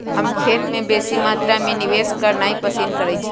हम खेत में बेशी मत्रा में निवेश करनाइ पसिन करइछी